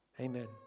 Amen